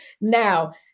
Now